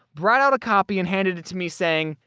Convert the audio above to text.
brought out a copy and handed it to me saying,